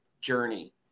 journey